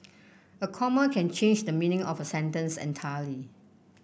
a comma can change the meaning of a sentence entirely